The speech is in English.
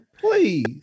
Please